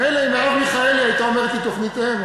מילא אם מרב מיכאלי הייתה אומרת לי תוכנית-אם.